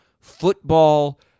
football